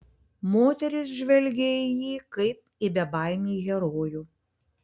moterys žvelgė į jį kaip į bebaimį herojų